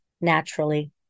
naturally